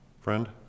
friend